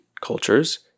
cultures